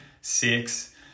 six